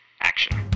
action